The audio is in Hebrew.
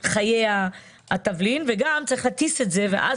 חיי התבלין זה עניין של זמן, וגם צריך להטיס אותם.